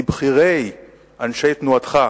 מבכירי אנשי תנועתך,